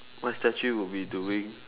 my statue would be doing